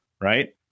right